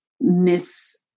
miss